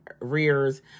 rears